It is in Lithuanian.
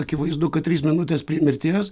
akivaizdu kad trys minutės prie mirties